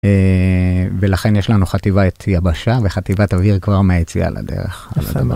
ולכן יש לנו חטיבת יבשה וחטיבת אוויר כבר מהיציאה לדרך.